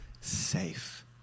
safe